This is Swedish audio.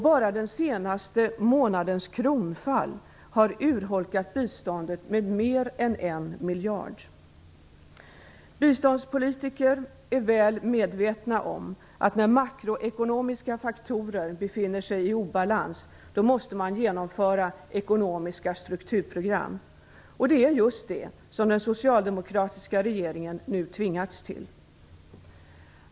Bara den senaste månadens kronfall har urholkat biståndet med mer än 1 miljard. Biståndspolitiker är väl medvetna om att man, när makroekonomiska faktorer befinner sig i obalans, måste genomföra ekonomiska strukturprogram. Det är just det som den socialdemokratiska regeringen nu tvingats till.